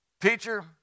Teacher